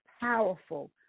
powerful